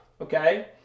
okay